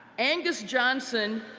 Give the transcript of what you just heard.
angus johnson,